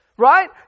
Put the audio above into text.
Right